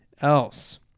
else